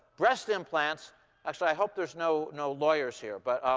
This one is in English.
breast implants actually, i hope there's no no lawyers here. but